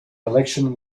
election